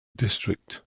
district